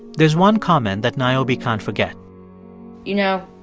there's one comment that niobe can't forget you know,